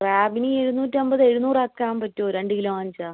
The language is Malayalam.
ക്രാബിന് ഈ എഴ്ന്നൂറ്റമ്പത് എഴുന്നൂറാക്കാൻ പറ്റുമോ രണ്ട് കിലൊ വാങ്ങിച്ച